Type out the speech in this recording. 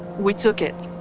we took it.